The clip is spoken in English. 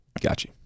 Gotcha